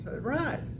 Right